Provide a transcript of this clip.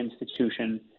institution